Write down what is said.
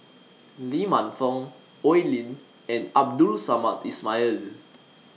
Lee Man Fong Oi Lin and Abdul Samad Ismail